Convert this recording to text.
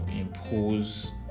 impose